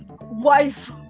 wife